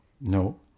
No